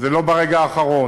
זה לא ברגע האחרון.